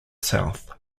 south